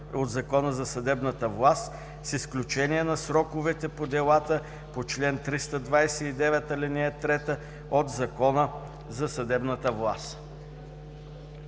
от Закона за съдебната власт, с изключение на сроковете по делата по чл. 329, ал. 3 от Закона за съдебната власт.“